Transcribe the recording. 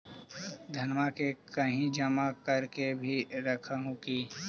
धनमा के कहिं जमा कर के भी रख हू की?